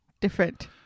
different